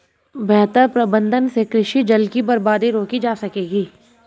बेहतर प्रबंधन से कृषि जल की बर्बादी रोकी जा सकेगी